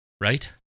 right